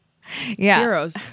Heroes